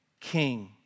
king